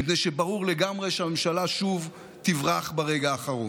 מפני שברור לגמרי שהממשלה שוב תברח ברגע האחרון.